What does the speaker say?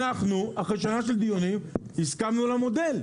אנחנו, אחרי שנה של דיונים הסכמנו למודל.